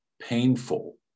painful